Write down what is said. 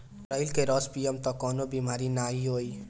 करइली के रस पीयब तअ कवनो बेमारी नाइ होई